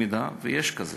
אם יש כזה